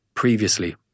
Previously